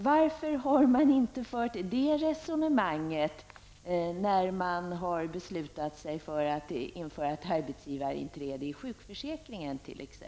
Varför har man inte fört detta resonemang när man har beslutat sig för att införa t.ex. ett arbetsgivarinträde i sjukförsäkringen?